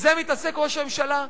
בזה מתעסק ראש הממשלה,